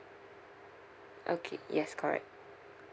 okay yes correct